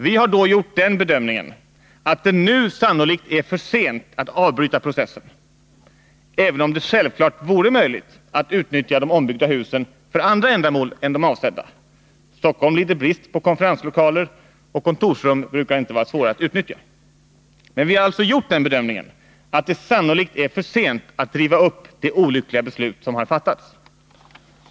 Vi har då gjort den bedömningen att det nu sannolikt är för sent att avbryta processen, även om det självfallet vore möjligt att utnyttja de ombyggda husen för andra ändamål än de avsedda. Stockholm lider brist på konferenslokaler, och kontorsrum brukar inte vara svåra att utnyttja. Men vi har alltså gjort den bedömningen att det sannolikt är för sent att riva upp det olyckliga beslut som har fattats.